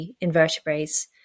invertebrates